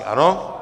Ano?